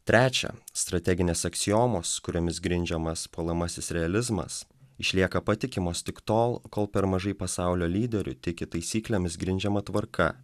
trečia strateginės aksiomos kuriomis grindžiamas puolamasis realizmas išlieka patikimos tik tol kol per mažai pasaulio lyderių tiki taisyklėmis grindžiama tvarka